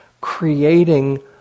creating